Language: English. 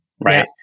right